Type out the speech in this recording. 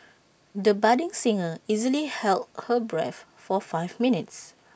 the budding singer easily held her breath for five minutes